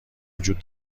وجود